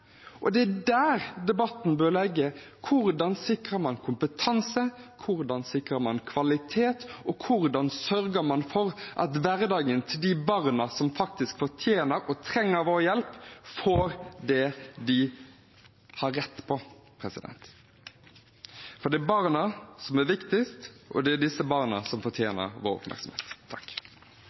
Og det er der debatten bør legges: Hvordan sikrer man kompetanse, hvordan sikrer man kvalitet, og hvordan sørger man for hverdagen til de barna som faktisk fortjener og trenger vår hjelp, at de får det de har rett på? Det er barna som er viktigst, og det er disse barna som fortjener vår oppmerksomhet.